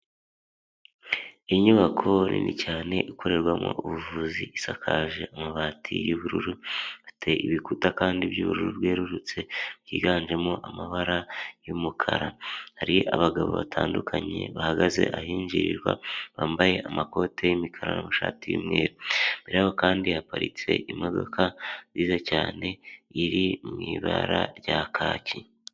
Inyubako nini cyane ikorerwamo ubuvuzi isakaje amabati y'ubururu afite ibikuta kandi byubururu bwerurutse, byiganjemo amabara y'umukara, hari abagabo batandukanye bahagaze ahinjirirwa bambaye amakoti y'imikara n'amashati y'umweru imbere yaho kandi haparitse imodoka nziza cyane iri mu ibara rya kaki.